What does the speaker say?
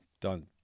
done